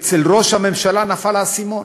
אצל ראש הממשלה נפל האסימון.